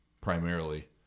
primarily